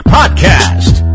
Podcast